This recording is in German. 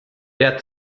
der